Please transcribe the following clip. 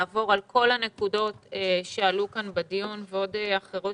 אני רוצה לעבור על כל הנקודות שעלו כאן בדיון ועוד אחרות